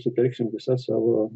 sutelksim visas savo